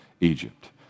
Egypt